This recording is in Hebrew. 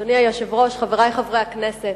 אדוני היושב-ראש, חברי חברי הכנסת,